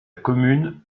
commune